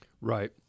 Right